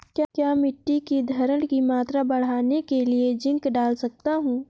क्या मिट्टी की धरण की मात्रा बढ़ाने के लिए जिंक डाल सकता हूँ?